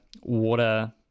water